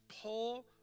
pull